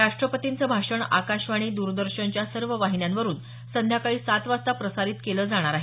राष्ट्रपतींचं भाषण आकाशवाणी द्रदर्शनच्या सर्व वाहिन्यांवरुन संध्याकाळी सात वाजता प्रसारित केलं जाणार आहे